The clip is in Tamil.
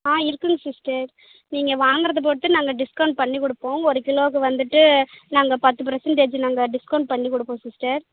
ஆ இருக்குதுங்க சிஸ்டர் நீங்கள் வாங்கிறத பொறுத்து நாங்கள் டிஸ்கவுண்ட் பண்ணி கொடுப்போம் ஒரு கிலோவுக்கு வந்துட்டு நாங்கள் பத்து பர்சண்டேஜ் நாங்கள் டிஸ்கவுண்ட் பண்ணி கொடுப்போம் சிஸ்டர்